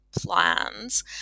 plans